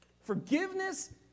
Forgiveness